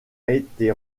été